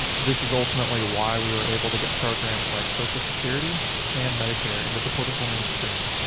this is ultimately why we were able to get programs like social security and medicare into the political mainstream.